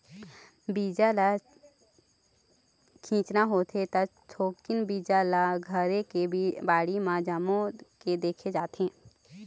बीजा ल छिचना होथे त थोकिन बीजा ल घरे के बाड़ी म जमो के देखे जाथे